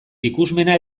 ikusmena